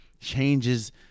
changes